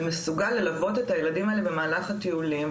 שמסוגל ללוות את הילדים האלה במהלך הטיולים,